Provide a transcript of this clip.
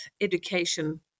education